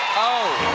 oh